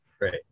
right